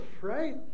right